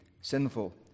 sinful